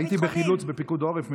הייתי בחילוץ בפיקוד העורף,